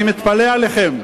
אני מתפלא עליכם,